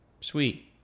Sweet